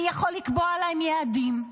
אני יכול לקבוע להם פה יעדים,